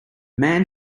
man